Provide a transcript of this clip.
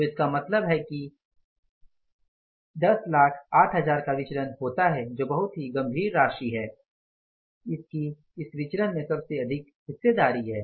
तो इसका मतलब है कि 108000 का विचलन होता है जो बहुत ही गंभीर राशि है इसकी इस विचलन में सबसे अधिक हिस्सेदारी है